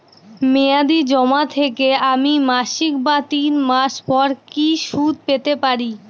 মেয়াদী জমা থেকে আমি মাসিক বা তিন মাস পর কি সুদ পেতে পারি?